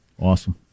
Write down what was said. Awesome